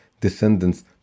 descendants